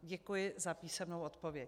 Děkuji za písemnou odpověď.